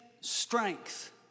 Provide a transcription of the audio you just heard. strength